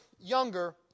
younger